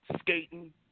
skating